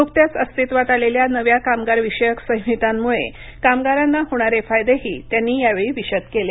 नुकत्याच अस्तित्वात आलेल्या नव्या कामगारविषयक संहितांमुळे कामगारांना होणारे फायदेही त्यांनी यावेळी विशद केले